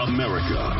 America